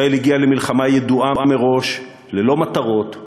ישראל הגיעה למלחמה ידועה מראש ללא מטרות,